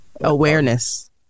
awareness